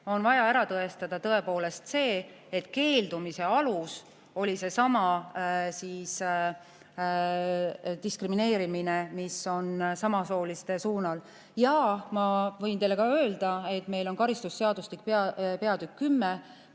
on vaja ära tõestada tõepoolest see, et keeldumise alus oli seesama diskrimineerimine samasooliste suunal. Ma võin teile ka öelda, et meil karistusseadustikus § 10,